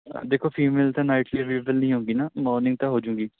ਦੇਖੋ ਫੀਮੇਲ ਤਾਂ ਨਾਇਟ 'ਚ ਅਵੇਲੇਵਲ ਨਹੀਂ ਹੋਊਗੀ ਨਾ ਮੋਰਨਿੰਗ ਤਾਂ ਹੋ ਜਾਊਗੀ